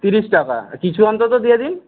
তিরিশ টাকা কিছু অন্তত দিয়ে দিন